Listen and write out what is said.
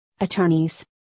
attorneys